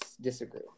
disagree